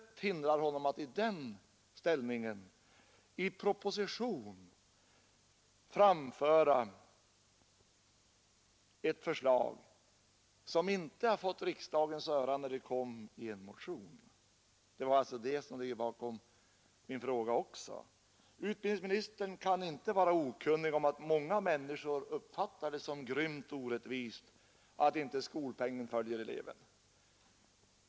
Intet hindrar honom att i den ställningen i en proposition framföra ett förslag, som inte har fått riksdagens öra när det kommer i en motion. Det var även det som låg bakom min fråga. Utbildningsministern kan inte vara okunnig om att många människor uppfattar det som grymt och orättvist att skolpengen inte följer eleven.